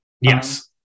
yes